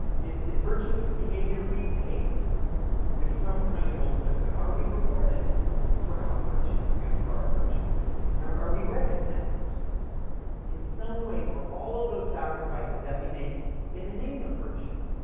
is is virtuous behavior repaid with some kind of ultimate good? are we rewarded for our virtue and for our virtuous deeds? are are we recompensed in some way for all of those sacrifices that we make in the name of virtue?